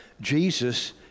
Jesus